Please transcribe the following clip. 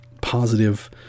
positive